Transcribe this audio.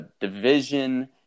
division